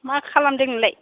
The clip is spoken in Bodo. मा खालामदों नोंलाय